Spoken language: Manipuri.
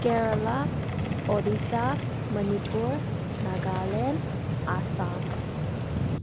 ꯀꯦꯔꯂꯥ ꯑꯣꯗꯤꯁꯥ ꯃꯅꯤꯄꯨꯔ ꯅꯥꯒꯥꯂꯦꯟ ꯑꯁꯥꯝ